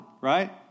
right